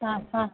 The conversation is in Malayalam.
ആ ആ